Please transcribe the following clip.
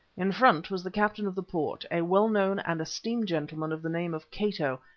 in front was the captain of the port, a well-known and esteemed gentleman of the name of cato,